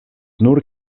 nur